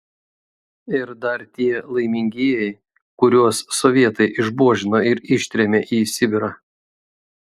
ir dar tie laimingieji kuriuos sovietai išbuožino ir ištrėmė į sibirą